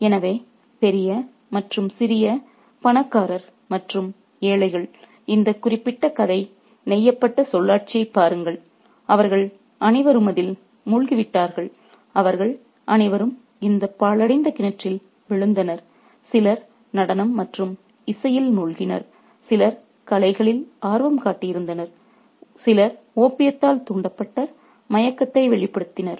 எனவே பெரிய மற்றும் சிறிய பணக்காரர் மற்றும் ஏழைகள் இந்த குறிப்பிட்ட கதை நெய்யப்பட்ட சொல்லாட்சியைப் பாருங்கள் அவர்கள் அனைவரும் அதில் மூழ்கிவிட்டார்கள் அவர்கள் அனைவரும் இந்த பாழடைந்த கிணற்றில் விழுந்தனர் சிலர் நடனம் மற்றும் இசையில் மூழ்கினர் சிலர் கலைகளில் ஆர்வம் கொண்டிருந்தனர் சிலர் ஓபியத்தால் தூண்டப்பட்ட மயக்கத்தை வெளிப்படுத்தினர்